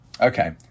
Okay